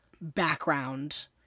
background